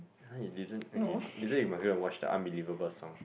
!huh! you didn't okay later you must go and watch the unbelievable song